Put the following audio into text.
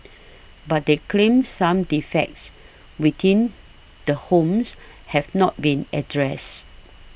but they claimed some defects within the homes have not been addressed